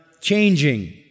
changing